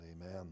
amen